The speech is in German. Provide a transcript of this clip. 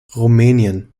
rumänien